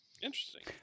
interesting